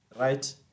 right